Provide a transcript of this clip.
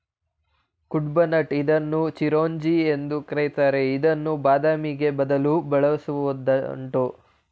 ಕುಡ್ಪನಟ್ ಇದನ್ನು ಚಿರೋಂಜಿ ಎಂದು ಕರಿತಾರೆ ಇದನ್ನು ಬಾದಾಮಿಗೆ ಬದಲು ಬಳಸುವುದುಂಟು